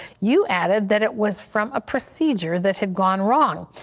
you added that it was from a procedure that had gone wrong.